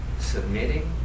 submitting